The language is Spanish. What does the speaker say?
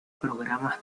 programas